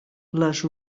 les